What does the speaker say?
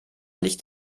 nicht